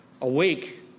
awake